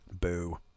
Boo